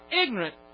ignorant